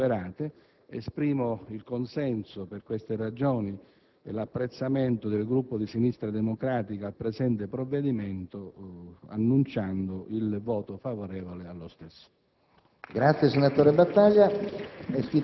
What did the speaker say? vengano recuperate, esprimo il consenso e l'apprezzamento del Gruppo Sinistra democratica al presente provvedimento, annunciando il voto favorevole allo stesso.